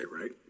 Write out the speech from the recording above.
right